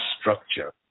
structure